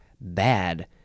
bad